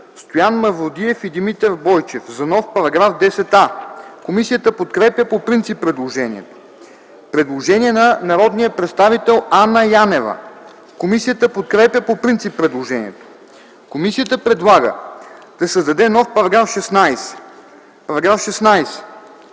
Стоян Мавродиев и Димитър Бойчев за нов § 10а. Комисията подкрепя по принцип предложението. Предложение от народния представител Анна Янева, което е подкрепено по принцип от комисията. Комисията предлага да се създаде нов § 16: „§ 16. Параграф 11б